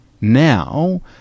now